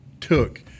took